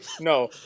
No